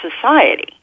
society